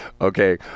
Okay